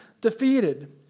defeated